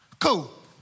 cool